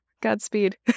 Godspeed